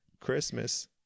Christmas